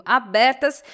abertas